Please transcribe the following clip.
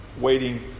Waiting